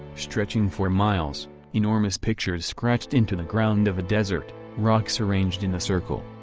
stretching for miles enormous pictures scratched into the ground of a desert rocks arranged in a circle.